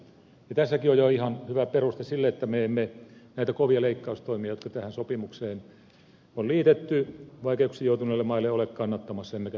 tässäkin on jo ihan hyvä peruste sille että me emme näitä kovia leikkaustoimia vaikeuksiin joutuneille maille jotka tähän sopimukseen on liitetty ole kannattamassa emmekä hyväksy tätä sopimusta